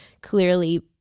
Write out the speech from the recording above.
clearly